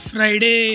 Friday